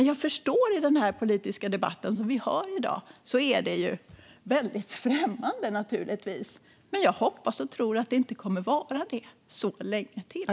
Jag förstår att detta är väldigt främmande i den politiska debatt som vi har i dag, men jag hoppas och tror att det inte kommer att vara det så länge till.